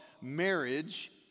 marriage